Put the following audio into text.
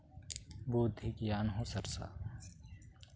ᱵᱩᱨᱫᱷᱤ ᱜᱮᱭᱟᱱ ᱦᱚᱸ ᱥᱟᱨᱥᱟᱜᱼᱟ